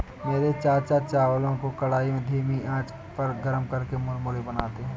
मेरे चाचा चावलों को कढ़ाई में धीमी आंच पर गर्म करके मुरमुरे बनाते हैं